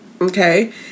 Okay